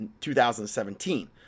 2017